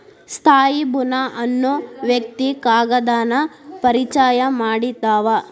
ತ್ಸಾಯಿ ಬುನಾ ಅನ್ನು ವ್ಯಕ್ತಿ ಕಾಗದಾನ ಪರಿಚಯಾ ಮಾಡಿದಾವ